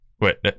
Wait